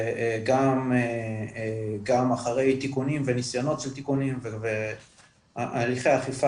וגם אחרי תיקונים וניסיונות של תיקונים והליכי אכיפה